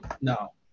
No